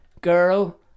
girl